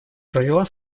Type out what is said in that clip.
провела